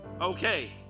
Okay